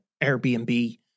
Airbnb